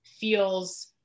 feels